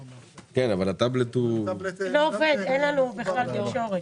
הטאבלט לא עובד, אין לנו בכלל תקשורת.